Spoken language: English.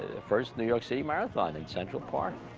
the first new york city marathon in central park.